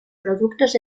productos